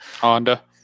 Honda